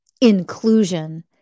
inclusion